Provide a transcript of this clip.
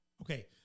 Okay